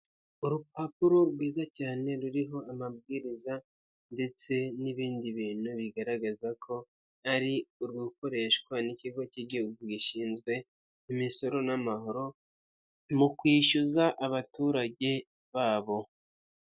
Urupapuro rwiza cyane ruriho amabwiriza ndetse n'ibindi bintu bigaragaza ko ari urwo gukoreshwa n'ikigo cy'igihugu gishinzwe imisoro n'amahoro mu kwishyuza abaturage babo.